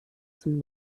zum